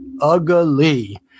ugly